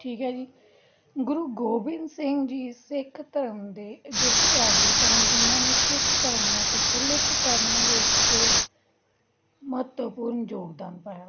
ਠੀਕ ਹੈ ਜੀ ਗੁਰੂ ਗੋਬਿੰਦ ਸਿੰਘ ਜੀ ਸਿੱਖ ਧਰਮ ਦੇ ਅਜਿਹੇ ਆਗੂ ਸਨ ਜਿਹਨਾਂ ਨੇ ਸਿੱਖ ਧਰਮ ਨੂੰ ਪ੍ਰਫੁੱਲਿਤ ਕਰਨ ਵਿੱਚ ਮਹੱਤਵਪੂਰਨ ਯੋਗਦਾਨ ਪਾਇਆ